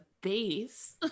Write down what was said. base